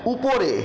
উপরে